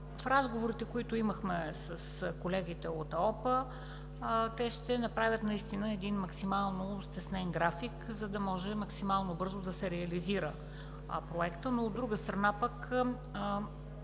В разговорите, които имахме с колегите от АОП, те ще направят един максимално стеснен график, за да може максимално бързо да се реализира проектът, но от друга страна пък,